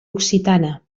occitana